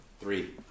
Three